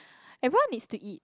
everyone needs to eat